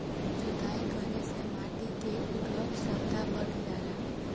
जुताई करे से माटी के उर्वरक क्षमता बढ़ जाला